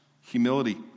humility